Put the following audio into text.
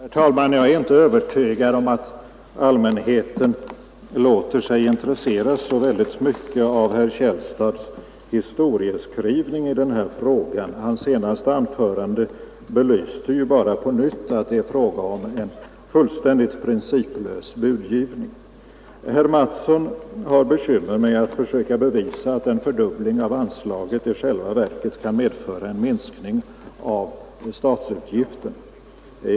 Herr talman! Jag är inte övertygad om att allmänheten låter sig intresseras så väldigt mycket av herr Källstads historieskrivning i den här frågan. Hans senaste anförande belyste ju bara på nytt att det är fråga om en fullständigt principlös budgivning. Herr Mattsson i Lane-Herrestad har bekymmer med att försöka bevisa att en fördubbling av anslaget i själva verket kan medföra en minskning av statsutgifterna.